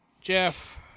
Jeff